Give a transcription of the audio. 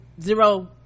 zero